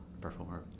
perform